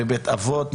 בבית אבות,